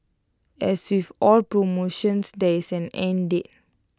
as with all promotions there is an end date